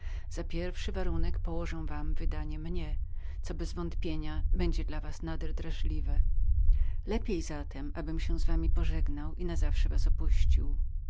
za pierwszy warunek położą wam wydanie mnie co bezwątpienia będzie dla was nader draźliwem lepiej zatem abym się z wami pożegnał i na zawsze was opuścił